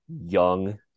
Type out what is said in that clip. young